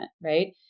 Right